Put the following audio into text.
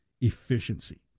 efficiency